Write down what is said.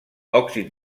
òxids